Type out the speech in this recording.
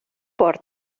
por